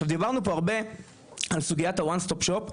דיברנו פה הרבה על סוגית ה-ONE STOP SHOP,